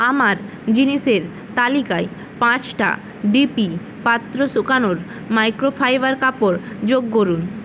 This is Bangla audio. আমার জিনিসের তালিকায় পাঁচটা ডিপি পাত্র শুকানোর মাইক্রোফাইবার কাপড় যোগ করুন